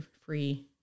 free